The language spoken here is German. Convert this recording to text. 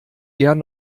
gern